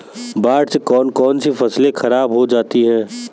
बाढ़ से कौन कौन सी फसल खराब हो जाती है?